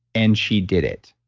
and she did it.